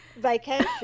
vacation